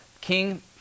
King